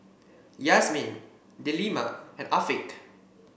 Yasmin Delima and Afiq